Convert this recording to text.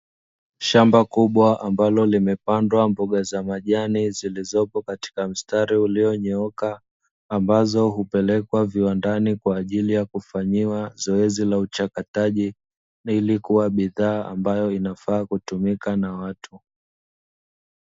Shamba kubwa ambalo limepandwa mboga za majani zilizopo katika mstari ulionyooka, ambazo hupelekwa viwandani kwajili ya kufanyiwa zoezi la uchakataji ili kuwa bidhaa ambayo inafaa kutumika na watu.